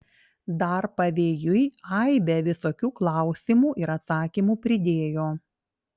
dar pavėjui aibę visokių klausimų ir atsakymų pridėjo